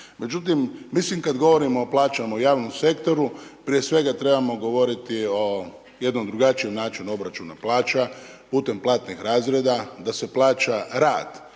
Međutim, mislim kad govorimo o plaćama u javnom sektoru prije svega trebamo govoriti o jednom drugačijem načinu obračuna plaća putem platnih razreda, da se plaća rad